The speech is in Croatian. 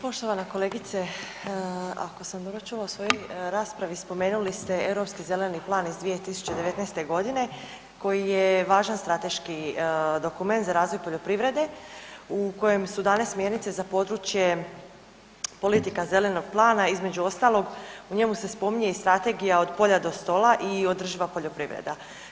Poštovana kolegice, ako sam dobro čula u svojoj raspravi spomenuli ste Europski zeleni plan iz 2019.g. koji je važan strateški dokument za razvoj poljoprivrede u kojem su dane smjernice za područje politika zelenog plana, između ostalog u njemu se spominje i strategija „Od polja do stola“ i „Održiva poljoprivreda“